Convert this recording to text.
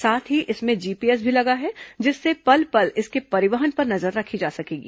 साथ ही इसमें जीपीएस भी लगा है जिससे पल पल इसके परिवहन पर नजर रखी जा सकेगी